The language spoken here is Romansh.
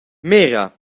mira